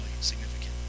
significant